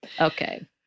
Okay